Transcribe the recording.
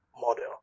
model